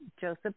Joseph